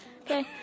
Okay